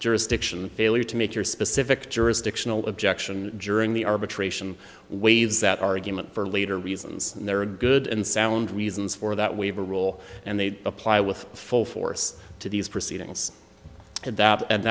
jurisdiction failure to make your specific jurisdictional objection during the arbitration waves that argument for later reasons and there are good and sound reasons for that we have a rule and they apply with full force to these proceedings and